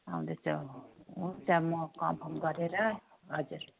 आउँदैछौँ हुन्छ म कन्फर्म गरेर हजुर